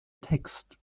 text